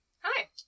Hi